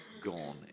gone